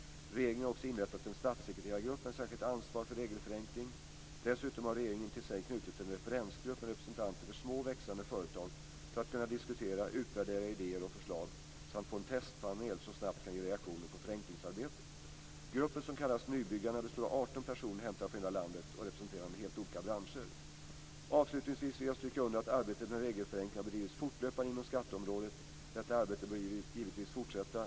Regeringen har också inrättat en statssekreterargrupp med särskilt ansvar för regelförenkling. Dessutom har regeringen till sig knutit en referensgrupp med representanter för små och växande företag för att kunna diskutera, utvärdera idéer och förslag samt få en testpanel som snabbt kan ge reaktioner på förenklingsarbetet. Gruppen, som kallas Nybyggarna, består av 18 personer hämtade från hela landet och representerande helt olika branscher. Avslutningsvis vill jag stryka under att arbetet med regelförenkling har bedrivits fortlöpande inom skatteområdet. Detta arbete bör givetvis fortsätta.